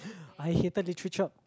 I hated Literature